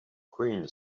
queen